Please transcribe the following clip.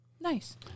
Nice